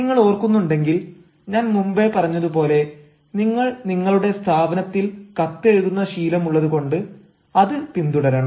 നിങ്ങളോർക്കുന്നുണ്ടെങ്കിൽ ഞാൻ മുമ്പേ പറഞ്ഞതുപോലെ നിങ്ങൾ നിങ്ങളുടെ സ്ഥാപനത്തിൽ കത്തെഴുതുന്ന ശീലം ഉള്ളതുകൊണ്ട് അത് പിന്തുടരണം